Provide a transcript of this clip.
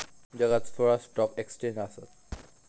जगात सोळा stock exchange आसत